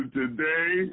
today